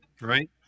Right